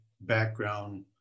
background